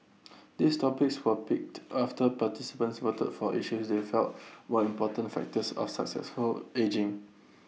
these topics were picked after participants voted for issues they felt were important factors of successful ageing